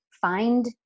find